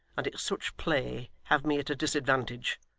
and at such play have me at a disadvantage.